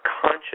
conscious